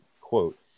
quote